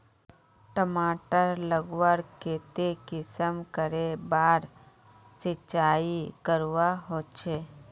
टमाटर उगवार केते कुंसम करे बार सिंचाई करवा होचए?